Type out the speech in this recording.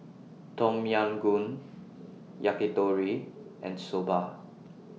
Tom Yam Goong Yakitori and Soba